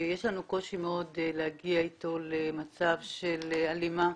יש לנו קושי להגיע איתו למצב של הלימה,